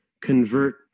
convert